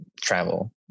travel